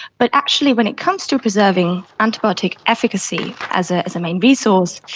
but actually when it comes to preserving antibiotic efficacy as ah as a main resource,